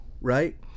right